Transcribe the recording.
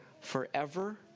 forever